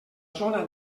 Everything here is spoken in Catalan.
zona